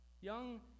Young